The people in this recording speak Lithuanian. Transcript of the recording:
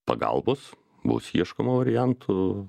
pagalbos bus ieškoma variantų